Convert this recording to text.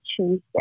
Tuesday